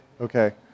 Okay